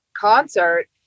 concert